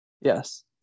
yes